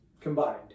Combined